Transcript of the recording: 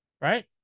Right